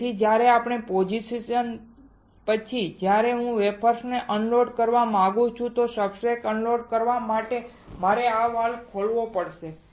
તેથી જ્યારે આપણે પોઝિશન પછી જ્યારે હું વેફર્સને અનલોડ કરવા માંગુ છું તો સબસ્ટ્રેટને અનલોડ કરવા માટે મારે આ વાલ્વ ખોલવો પડ્યો